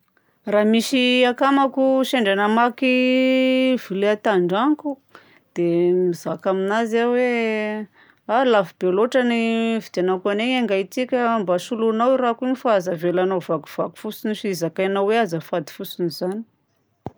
Raha misy akamako sendra namaky vilia tandragnoko, dia mizaka aminazy aho hoe, a lafo be loatra ny nividiagnako an'igny ingahy ty ka mba soloinao rahako igny fa aza avelano ho vakivaky fotsiny sy zakainao hoe azafady fotsiny izany.